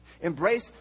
Embrace